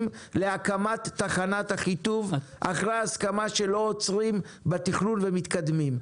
להקמת תחנת אחיטוב אחרי הסכמה שלא עוצרים בתכנון ומתקדמים?